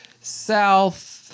South